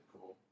cool